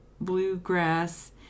bluegrass